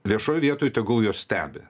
viešoj vietoj tegul juos stebi